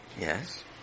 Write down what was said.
Yes